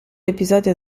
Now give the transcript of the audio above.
episodio